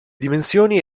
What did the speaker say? dimensioni